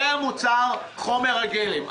זה המוצר, זה חומר הגלם.